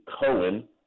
Cohen